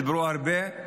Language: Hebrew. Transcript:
דיברו הרבה,